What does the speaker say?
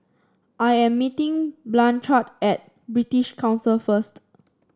I am meeting Blanchard at British Council first